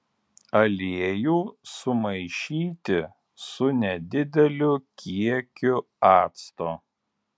aliejų sumaišyti su nedideliu kiekiu acto